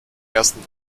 ersten